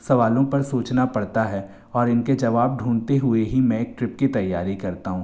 सवालों पर सोचना पड़ता है और इनके जवाब ढूंढते हुए ही मैं एक ट्रिप की तैयारी करता हूँ